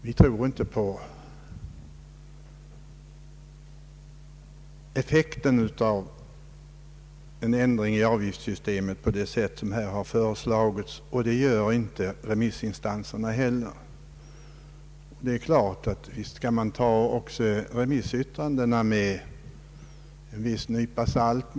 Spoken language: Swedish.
Vi tror inte på effekten av en sådan ändring i avgiftssystemet som här föreslagits, och det gör inte remissinstanserna heller. Naturligtvis kan man också ta remissyttrandena med en nypa salt.